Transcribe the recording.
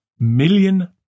million